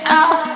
out